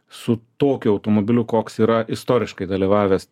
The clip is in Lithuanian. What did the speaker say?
su tokiu automobiliu koks yra istoriškai dalyvavęs